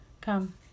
Come